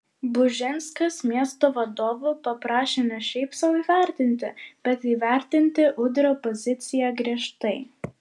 bužinskas miesto vadovų paprašė ne šiaip sau įvertinti bet įvertinti udrio poziciją griežtai